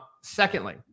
Secondly